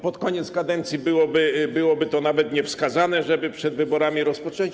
Pod koniec kadencji byłoby to nawet niewskazane, żeby przed wyborami rozpoczynać.